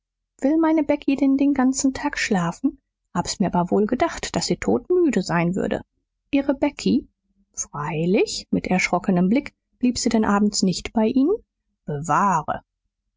will meine becky denn den ganzen tag schlafen habs mir aber wohl gedacht daß sie todmüde sein würde ihre becky freilich mit erschrockenem blick blieb sie denn abends nicht bei ihnen bewahre